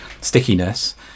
stickiness